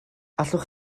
allwch